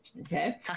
Okay